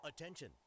Attention